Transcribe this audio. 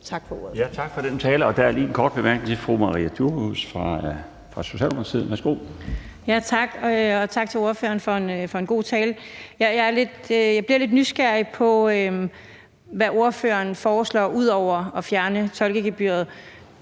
Tak for den tale. Der er lige en kort bemærkning til fru Maria Durhuus fra Socialdemokratiet. Værsgo. Kl. 13:45 Maria Durhuus (S): Tak, og tak til ordføreren for en god tale. Jeg bliver lidt nysgerrig på, hvad ordføreren foreslår ud over at fjerne tolkegebyret.